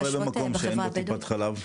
מה קורה במקום שאין בו טיפת חלב?